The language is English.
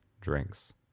drinks